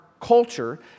culture